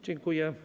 Dziękuję.